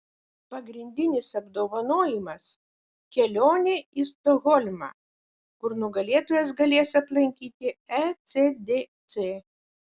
pagrindinis apdovanojimas kelionė į stokholmą kur nugalėtojas galės aplankyti ecdc